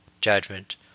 judgment